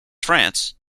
france